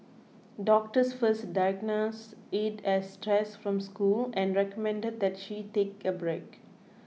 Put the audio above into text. doctors first diagnosed it as stress from school and recommended that she take a break